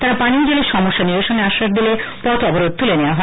তারা পানীয় জলের সমস্যা নিরসনে আশ্বাস দিলে পথ অবরোধ তুলে নেয়া হয়